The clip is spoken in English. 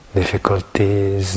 difficulties